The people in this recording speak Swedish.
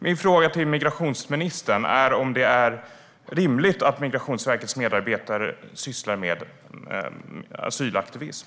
Min fråga till migrationsministern är om det är rimligt att Migrationsverkets medarbetare sysslar med asylaktivism.